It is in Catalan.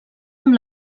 amb